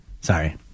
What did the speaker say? Sorry